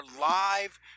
live